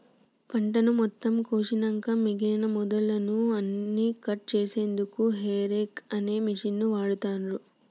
పంటను మొత్తం కోషినంక మిగినన మొదళ్ళు అన్నికట్ చేశెన్దుకు హేరేక్ అనే మిషిన్ని వాడుతాన్రు